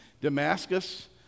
Damascus